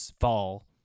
fall